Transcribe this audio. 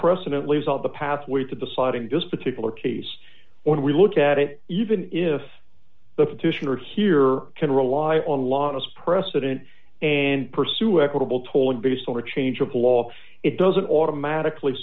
precedent lays out the pathway to deciding this particular case when we look at it even if the petitioner here can rely on law as precedent and pursue equitable tolling based on a change of law it doesn't automatically